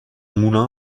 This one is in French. moulin